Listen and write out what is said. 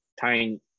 tying